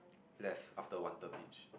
left after one term each